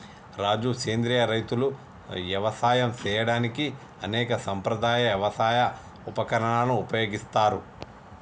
రాజు సెంద్రియ రైతులు యవసాయం సేయడానికి అనేక సాంప్రదాయ యవసాయ ఉపకరణాలను ఉపయోగిస్తారు